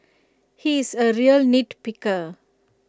he is A real nitpicker